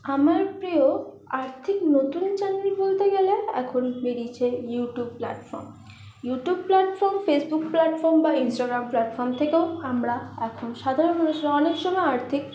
আমার প্রিয় আর্থিক নতুন চাকরি বলতে গেলে এখন বেরিয়েছে YouTube platform YouTube platform Facebook platform বা ইনস্টাগ্রাম প্ল্যাটফর্ম থেকেও আমরা এখন সাধারণ মানুষেরা অনেক সময় আর্থিক